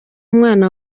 mwana